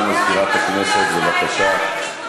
הודעה לסגן מזכירת הכנסת, בבקשה.